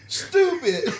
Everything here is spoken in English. stupid